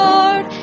Lord